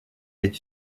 est